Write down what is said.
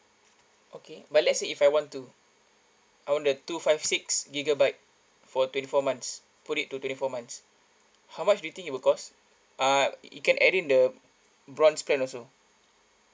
okay but let's say if I want to I want the two five six gigabyte for twenty four months put it to twenty four months how much do you think it will cost uh it can add in the bronze plan also